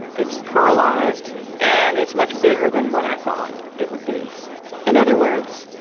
it's pluralized and it's much bigger than what i thought it would be in other words,